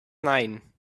nine